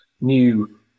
new